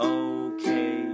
okay